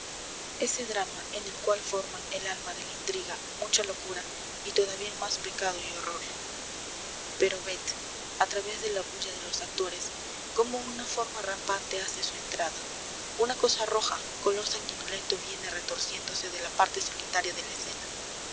ese drama en el cual forman el alma de la intriga mucha locura y todavía más pecado y horror pero ved a través de la bulla de los actores como una forma rampante hace su entrada una cosa roja color sanguinolento viene retorciéndose de la parte solitaria de la escena